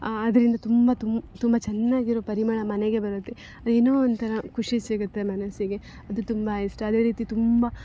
ಅದರಿಂದ ತುಂಬ ತುಂಬ ತುಂಬ ಚೆನ್ನಾಗಿರೋ ಪರಿಮಳ ಮನೆಗೆ ಬರುತ್ತೆ ಏನೋ ಒಂಥರ ಖುಷಿ ಸಿಗುತ್ತೆ ಮನಸ್ಸಿಗೆ ಅದು ತುಂಬ ಇಷ್ಟ ಅದೇ ರೀತಿ ತುಂಬ